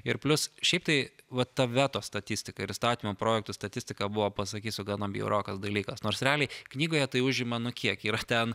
ir plius šiaip tai vat ta veto statistika ir įstatymų projektų statistiką buvo pasakysiu gana bjaurokas dalykas nors realiai knygoje tai užima nu kiek yra ten